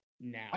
now